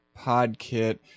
PodKit